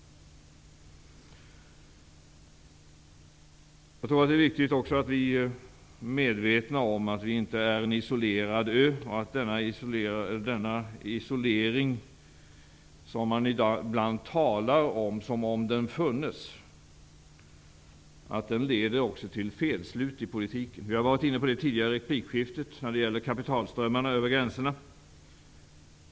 Jag tror också det är viktigt att vi är medvetna om att vi inte är en isolerad ö. Den isolering som man ibland talar om som om den funnes leder till felslut i politiken. Vi har varit inne på det tidigare i replikskiftet när det gällde kapitalströmmarna över gränserna.